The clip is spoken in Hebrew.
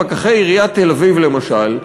פקחי עיריית תל-אביב למשל,